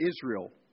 Israel